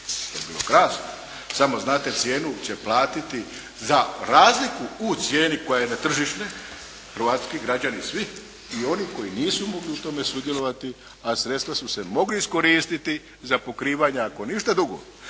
To bi bilo krasno. Samo znate cijenu će platiti za razliku u cijeni koja je na tržištu hrvatski građani svi. I oni koji nisu mogli u tome sudjelovati, a sredstva su se mogla iskoristiti za pokrivanja ako ništa drugo